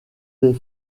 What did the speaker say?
des